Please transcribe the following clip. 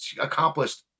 accomplished